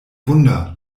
wunder